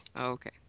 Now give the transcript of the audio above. Okay